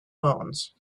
bones